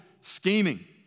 scheming